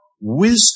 wisdom